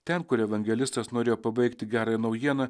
ten kur evangelistas norėjo pabaigti gerąją naujieną